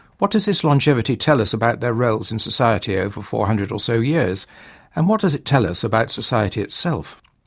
what does this longevity tell us about their roles in society over four hundred or so years and what does it tell us about society itself?